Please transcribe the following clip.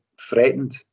threatened